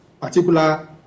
particular